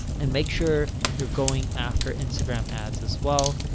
and make sure you're going after instagram ads, as well.